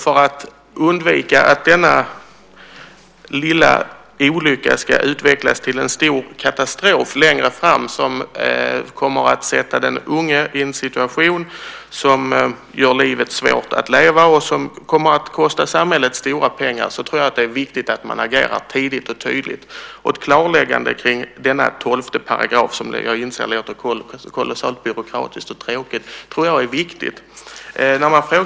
För att undvika att denna lilla olycka ska utvecklas till en stor katastrof längre fram som kommer att sätta den unge i en situation som gör livet svårt att leva, och som kommer att kosta samhället stora pengar, är det viktigt att agera tidigt och tydligt. Ett klarläggande kring 12 §- jag inser att det låter kolossalt byråkratiskt och tråkigt - är viktigt.